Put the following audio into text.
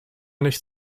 nicht